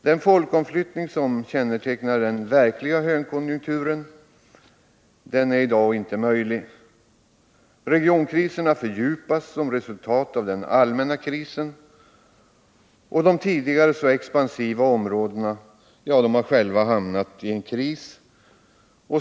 Den folkomflyttning som kännetecknar den verkliga högkonjunkturen är i dag inte möjlig. Regionkriserna fördjupas som resultat av den allmänna krisen och de tidigare så expansiva områdena har själva hamnat i en kris.